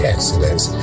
Excellence